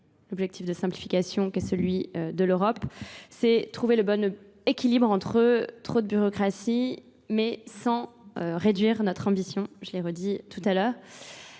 l'objectif de simplification qu'est celui de l'Europe, c'est trouver le bon équilibre entre eux, trop de bureaucratie, mais sans réduire notre ambition. Je l'ai redit tout à l'heure.